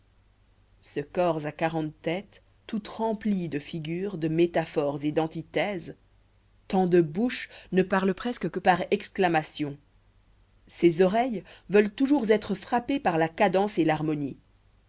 ce corps a quarante têtes toutes remplies de figures de métaphores et d'antithèses tant de bouches ne parlent que par exclamation ses oreilles veulent toujours être frappées par la cadence et l'harmonie